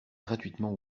gratuitement